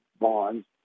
bonds